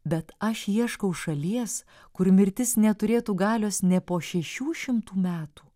bet aš ieškau šalies kur mirtis neturėtų galios nė po šešių šimtų metų